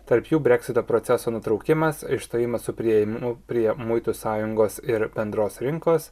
tarp jų breksito proceso nutraukimas išstojimas su priėjimu prie muitų sąjungos ir bendros rinkos